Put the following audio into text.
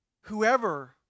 Whoever